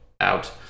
out